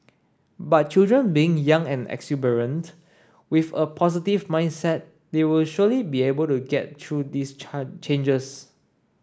but children being young and exuberant with a positive mindset they will surely be able to get through these changes